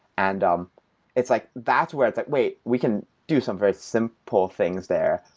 and um it's like that's where it's, wait. we can do some very simple things there.